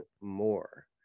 more